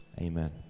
Amen